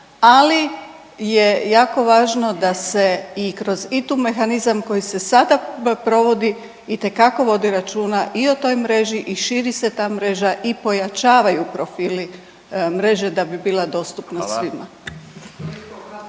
ali je jako važno da se i kroz ITU mehanizam koji se sada provodi itekako vodi računa i o toj mreži i širi se ta mreža i pojačavaju profili mreže da bi bila dostupna svima.